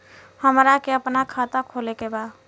हमरा के अपना खाता खोले के बा?